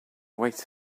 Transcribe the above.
wait